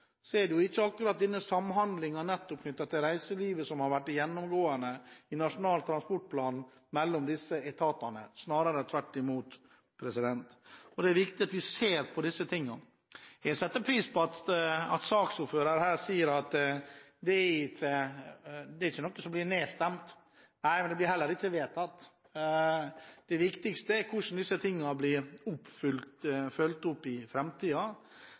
er det ikke akkurat samhandlingen med reiselivet som har vært gjennomgående i disse etatene, snarere tvert imot. Det er viktig at vi ser på dette. Jeg setter pris på at saksordføreren sier at det ikke er noe som blir nedstemt. Nei, men det blir heller ikke vedtatt. Det viktigste er hvordan disse sakene blir fulgt opp i